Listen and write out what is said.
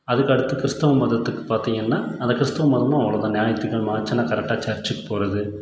அதுக்கடுத்து கிறிஸ்துவ மதத்துக்கு பார்த்தீங்கன்னா அந்த கிறிஸ்துவ மதமும் அவ்வளோ தான் ஞாயிற்றுக்கிழம ஆச்சுனால் கரெக்டாக சர்சுக்கு போகிறது